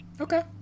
Okay